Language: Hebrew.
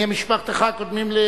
עניי משפחתך קודמים,